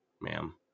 Ma'am